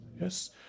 Yes